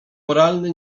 moralny